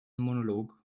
monolog